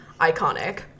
Iconic